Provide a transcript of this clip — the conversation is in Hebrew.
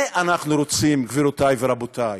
מה אנחנו רוצים, גבירותי ורבותי?